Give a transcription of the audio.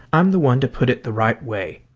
i'm the one to put it the right way.